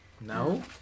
no